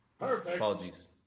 Apologies